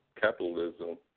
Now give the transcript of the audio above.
capitalism